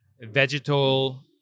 vegetal